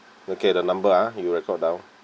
okay the number ah you record down